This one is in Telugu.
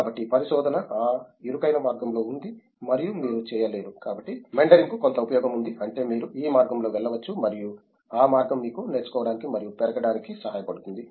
కాబట్టి పరిశోధన ఆ ఇరుకైన మార్గంలో ఉంది మరియు మీరు చేయలేరు కాబట్టి మెండరింగ్కు కొంత ఉపయోగం ఉంది అంటే మీరు ఈ మార్గంలో వెళ్ళవచ్చు మరియు ఆ మార్గం మీకు నేర్చుకోవడానికి మరియు పెరగడానికి సహాయపడుతుంది